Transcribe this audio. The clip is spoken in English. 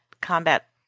combat